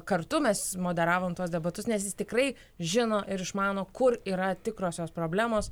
kartu mes moderavom tuos debatus nes jis tikrai žino ir išmano kur yra tikrosios problemos